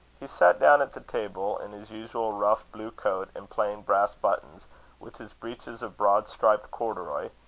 he sat down at the table in his usual rough blue coat and plain brass buttons with his breeches of broad-striped corduroy,